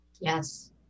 Yes